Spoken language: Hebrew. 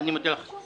אני מודה לך.